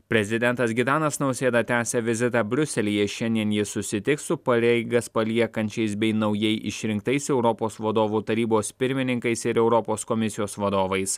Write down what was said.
prezidentas gitanas nausėda tęsia vizitą briuselyje šiandien jis susitiks su pareigas paliekančiais bei naujai išrinktais europos vadovų tarybos pirmininkais ir europos komisijos vadovais